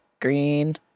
green